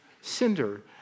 cinder